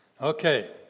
Okay